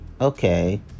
okay